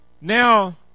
Now